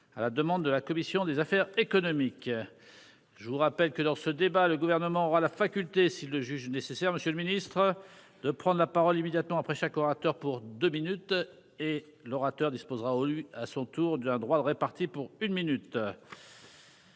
À la demande de la commission des affaires économiques. Je vous rappelle que dans ce débat, le gouvernement aura la faculté s'il le juge nécessaire, Monsieur le Ministre de prendre la parole immédiatement après chaque orateur pour 2 minutes et l'orateur disposera à son tour d'un droit d'répartis pour une minute.